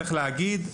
צריך להגיד,